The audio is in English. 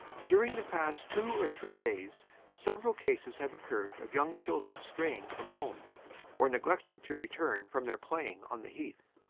during the past two or three days several cases have occurred of young children straying from home or neglecting to return from their playing on the heath.